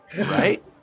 Right